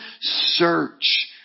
search